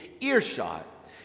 earshot